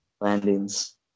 landings